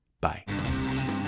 Bye